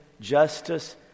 justice